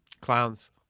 Clowns